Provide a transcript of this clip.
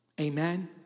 Amen